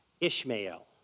Ishmael